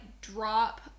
drop